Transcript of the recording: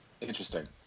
Interesting